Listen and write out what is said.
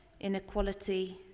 inequality